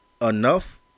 enough